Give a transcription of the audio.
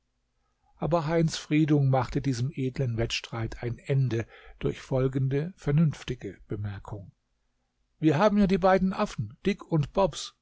aber heinz friedung machte diesem edlen wettstreit ein ende durch folgende vernünftige bemerkung wir haben ja die beiden affen dick und bobs